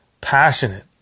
passionate